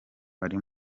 ari